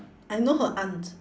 I know her aunt